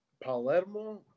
Palermo